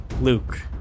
Luke